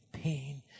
pain